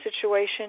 situation